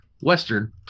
Western